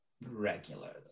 regularly